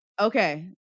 Okay